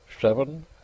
seven